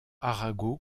arago